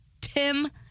Tim